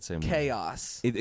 chaos